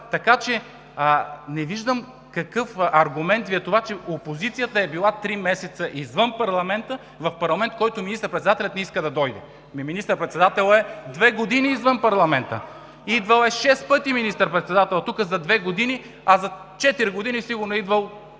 така че не виждам какъв аргумент Ви е това, че опозицията е била три месеца извън парламента – в парламент, в който министър-председателят не иска да дойде. Ами министър-председателят е две години извън парламента. Идвал е шест пъти министър-председателят тук за две години, а за четири години сигурно е идвал